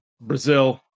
Brazil